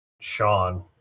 Sean